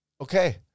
Okay